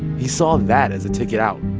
he saw that as a ticket out,